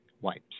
wipes